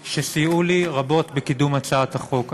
שסייעו לי רבות בקידום הצעת החוק.